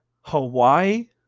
Hawaii